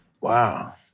Wow